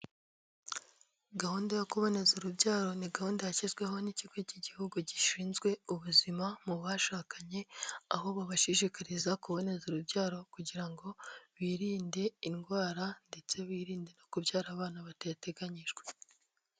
Gahunda yo kuboneza urubyaro, ni gahunda yashyizweho n'ikigo cy'igihugu gishinzwe ubuzima mu bashakanye, aho babashishikariza kuboneza urubyaro kugira ngo birinde indwara ndetse birinde no kubyara abana batateganyijwe.